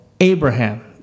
Abraham